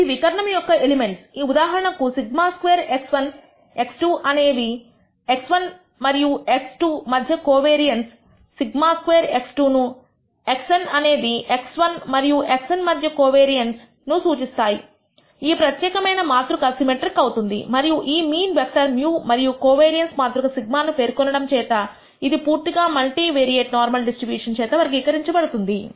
ఇవి వికర్ణం యొక్క ఎలిమెంట్స్ ఉదాహరణకు σ2x1 x2 అనేది x1 and x2 మధ్య కోవేరియన్స్ σ2x2 నుxn అనేదిx1 మరియు xn మధ్య కోవేరియన్స్ ను సూచిస్తాయి ఈ ప్రత్యేకమైన మాతృక సిమెట్రిక్ అవుతుంది మరియు ఈ మీన్ వెక్టర్ μ మరియు కోవేరియన్స్ మాతృక σ ను పేర్కొనడం చేత ఇది పూర్తిగా మల్టీ వేరియేట్ నార్మల్ డిస్ట్రిబ్యూషన్ చేత వర్గీకరించబడుతుంది